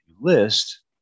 list